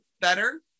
better